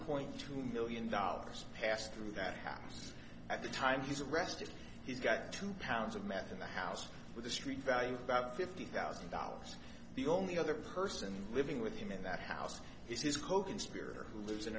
point two million dollars pass through that happens at the time he's arrested he's got two pounds of meth in the house with a street value about fifty thousand dollars the only other person living with him in that house is his coconspirator who lives in